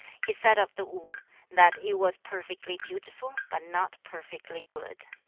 he said of the wu that it was perfectly beautiful but not perfectly good.